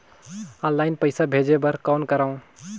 Online पईसा भेजे बर कौन करव?